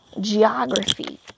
geography